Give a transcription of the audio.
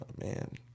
man